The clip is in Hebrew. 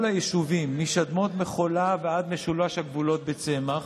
כל היישובים משדמות מחולה ועד משולש הגבולות בצמח,